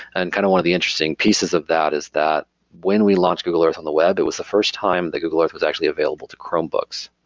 and kind of one of the interesting pieces of that is that when we launched google earth on the web, it was the first time the google earth was actually available to chromebooks,